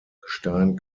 gestein